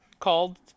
called